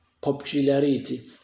Popularity